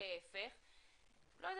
לא יודעת,